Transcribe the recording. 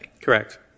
Correct